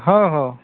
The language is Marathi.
हो हो